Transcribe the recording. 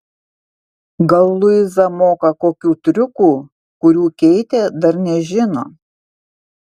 gal luiza moka kokių triukų kurių keitė dar nežino